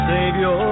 Savior